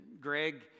Greg